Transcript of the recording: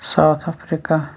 south Africa